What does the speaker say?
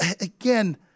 again